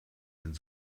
sind